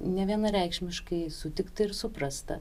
nevienareikšmiškai sutikta ir suprasta